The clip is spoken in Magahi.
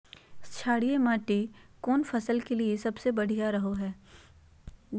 क्षारीय मिट्टी कौन फसल के लिए सबसे बढ़िया रहो हय?